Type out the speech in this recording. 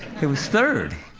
it was third.